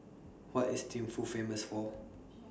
What IS Thimphu Famous For